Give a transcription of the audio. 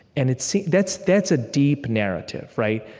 and it seems that's that's a deep narrative, right?